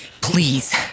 Please